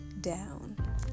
down